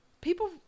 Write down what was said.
People